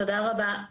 תודה רבה.